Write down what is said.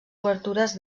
obertures